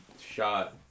shot